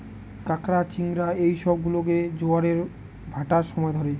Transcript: ক্যাঁকড়া, চিংড়ি এই সব গুলোকে জোয়ারের ভাঁটার সময় ধরে